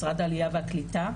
משרד העלייה והקליטה,